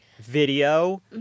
video